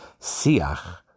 Siach